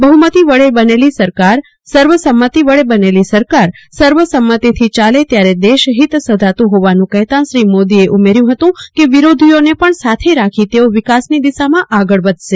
બહુમતી વડે બનેલી સરકાર સર્વસમતિ વડે બનેલી સરકાર સવ સંમતિથી ચાલે ત્યારે દેશહીત સધાતું હોવાનું કહેતા શ્રો મોદીએ ઉમેર્યું હતું કે ઘોર વિરોધીઓને પણ સાથે રાખી તેઓ વિકાસની દિશા માં આગળ વધશે